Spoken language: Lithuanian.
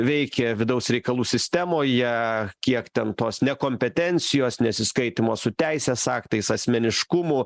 veikė vidaus reikalų sistemoje kiek ten tos nekompetencijos nesiskaitymo su teisės aktais asmeniškumu